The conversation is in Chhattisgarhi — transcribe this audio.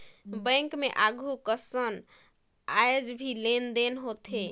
बैंक मे आघु कसन आयज भी लेन देन होथे